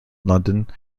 london